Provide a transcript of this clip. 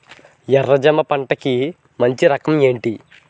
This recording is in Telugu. ఎర్ర జమ పంట కి మంచి రకం ఏంటి?